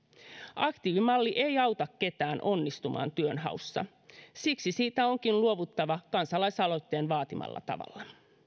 aktiivimalli ei auta ketään onnistumaan työnhaussa siksi siitä onkin luovuttava kansalaisaloitteen vaatimalla tavalla